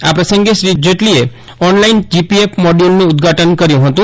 આ પ્રસંગે શ્રી જેટલીએ ઓનલાઇન જીપીએફ મોડયુલનું ઉદઘાટન કર્યું હતું